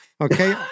okay